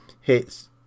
hits